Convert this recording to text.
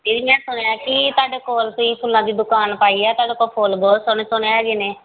ਦੀਦੀ ਮੈਂ ਸੁਣਿਆ ਕਿ ਤੁਹਾਡੇ ਕੋਲ ਤੁਸੀਂ ਫੁੱਲਾਂ ਦੀ ਦੁਕਾਨ ਪਾਈ ਆ ਤੁਹਾਡੇ ਕੋਲ ਫੁੱਲ ਬਹੁਤ ਸੋਹਣੇ ਸੋਹਣੇ ਹੈਗੇ ਨੇ